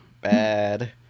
bad